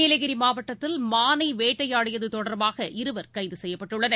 நீலகிரிமாவட்டத்தில் மானைவேட்டையாடியதுதொடர்பாக இருவர் கைதுசெய்யப்பட்டுள்ளனர்